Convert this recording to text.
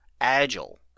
agile